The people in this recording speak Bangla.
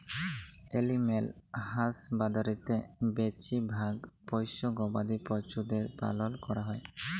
এলিম্যাল হাসবাঁদরিতে বেছিভাগ পোশ্য গবাদি পছুদের পালল ক্যরা হ্যয়